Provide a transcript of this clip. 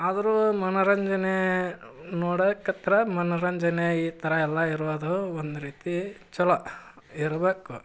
ಆದರೂ ಮನೋರಂಜನೆ ನೋಡಾಕತ್ರ ಮನೋರಂಜನೆ ಈ ಥರ ಎಲ್ಲ ಇರೋದು ಒಂದು ರೀತಿ ಚಲೋ ಇರಬೇಕು